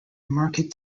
market